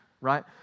right